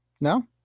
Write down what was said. No